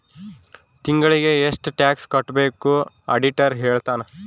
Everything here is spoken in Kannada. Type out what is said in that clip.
ತಿಂಗಳಿಗೆ ಎಷ್ಟ್ ಟ್ಯಾಕ್ಸ್ ಕಟ್ಬೇಕು ಆಡಿಟರ್ ಹೇಳ್ತನ